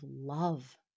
love